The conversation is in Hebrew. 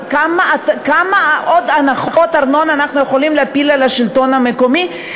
כמה עוד הנחות ארנונה אנחנו יכולים להפיל על השלטון המקומי,